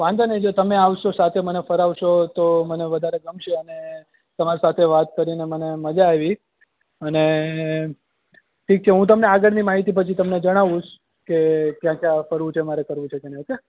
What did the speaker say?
વાંધો નહીં જો તમે તમે આવશો સાથે મને ફેરવશો તો મને વધારે ગમશે અને તમારી સાથે વાત કરીને મને મજા આવી અને ઠીક છે હું તમને આગળની માહિતી પછી તમને જણાવીશ કે ક્યાં ક્યાં ફરવું છે મારે કરવું છે કે નહીં ઓકે